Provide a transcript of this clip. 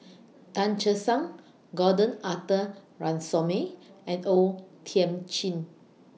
Tan Che Sang Gordon Arthur Ransome and O Thiam Chin